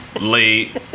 late